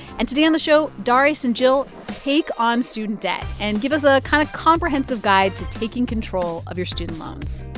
and today on the show, darius and jill take on student debt and give us a kind of comprehensive guide to taking control of your student loans